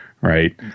right